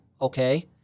okay